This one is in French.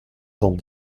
cent